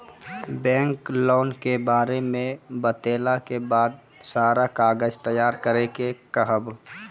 Bank loan के बारे मे बतेला के बाद सारा कागज तैयार करे के कहब?